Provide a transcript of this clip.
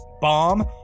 bomb